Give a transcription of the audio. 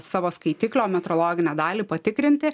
savo skaitiklio metrologinę dalį patikrinti